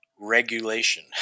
regulation